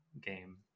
game